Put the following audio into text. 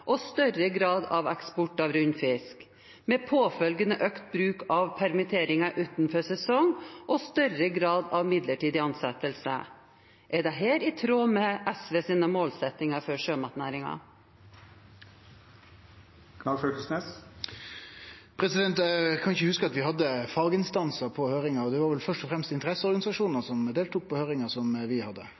og større grad av eksport av rund fisk, med påfølgende økt bruk av permitteringer utenfor sesong og større grad av midlertidige ansettelser. Er dette i tråd med SVs målsettinger for sjømatnæringen? Eg kan ikkje hugse at vi hadde faginstansar på høyringa. Det var vel først og fremst interesseorganisasjonar som deltok på høyringa som vi hadde,